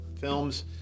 films